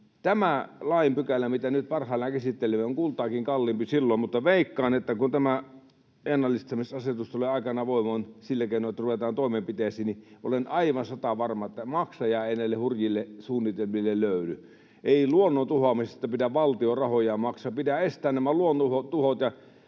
tämä lainpykälä, mikä nyt parhaillaan on käsittelyssä, on kultaakin kalliimpi silloin. Mutta veikkaan, että kun tämä ennallistamisasetus tulee aikanaan voimaan sillä keinoin, että ruvetaan toimenpiteisiin, niin olen aivan satavarma, että maksajaa ei näille hurjille suunnitelmille löydy. Ei luonnon tuhoamisesta pidä valtion rahoja maksaa, vaan pitää estää nämä luonnontuhot